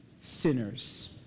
sinners